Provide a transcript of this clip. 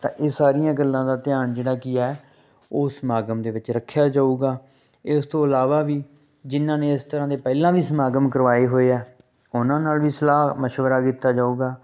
ਤਾਂ ਇਹ ਸਾਰੀਆਂ ਗੱਲਾਂ ਦਾ ਧਿਆਨ ਜਿਹੜਾ ਕੀ ਹੈ ਉਸ ਸਮਾਗਮ ਦੇ ਵਿੱਚ ਰੱਖਿਆ ਜਾਵੇਗਾ ਇਸ ਤੋਂ ਇਲਾਵਾ ਵੀ ਜਿਨ੍ਹਾਂ ਨੇ ਇਸ ਤਰ੍ਹਾਂ ਦੇ ਪਹਿਲਾਂ ਵੀ ਸਮਾਗਮ ਕਰਵਾਏ ਹੋਏ ਹੈ ਉਨ੍ਹਾਂ ਨਾਲ ਵੀ ਸਲਾਹ ਮਸ਼ਵਰਾ ਕੀਤਾ ਜਾਵੇਗਾ